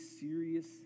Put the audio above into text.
serious